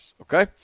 okay